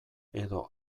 edo